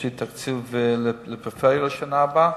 יש לי תקציב לפריפריה לשנה הבאה,